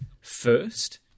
first